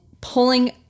pulling